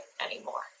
anymore